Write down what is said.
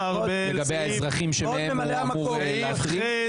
מישהו הורשע בשוחד?